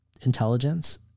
intelligence